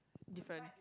different